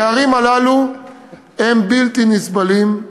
הפערים הללו הם בלתי נסבלים,